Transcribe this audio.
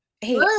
hey